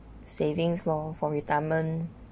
savings loh for retirement